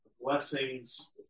blessings